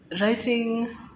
writing